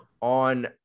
on